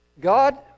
God